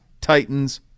Titans